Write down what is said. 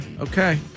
okay